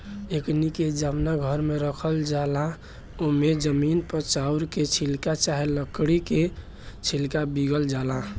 एकनी के जवना घर में राखल जाला ओमे जमीन पर चाउर के छिलका चाहे लकड़ी के छिलका बीगल जाला